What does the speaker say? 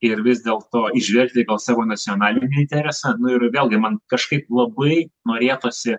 ir vis dėlto įžvelgti savo nacionalinį interesą na ir vėlgi man kažkaip labai norėtųsi